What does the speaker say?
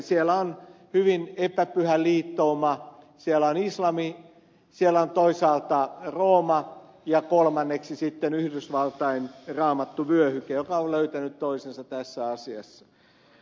siellä on hyvin epäpyhä liittouma siellä on islam siellä on toisaalta rooma ja kolmanneksi sitten yhdysvaltain raamattuvyöhyke jotka ovat löytäneet toisensa tässä asiassa